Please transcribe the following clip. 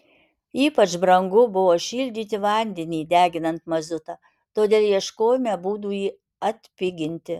ypač brangu buvo šildyti vandenį deginant mazutą todėl ieškojome būdų jį atpiginti